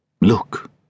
Look